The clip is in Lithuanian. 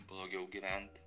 blogiau gyvent